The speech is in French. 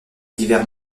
divers